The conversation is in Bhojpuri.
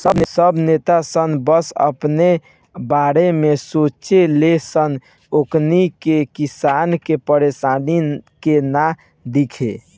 सब नेता सन बस अपने बारे में सोचे ले सन ओकनी के किसान के परेशानी के ना दिखे